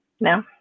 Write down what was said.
no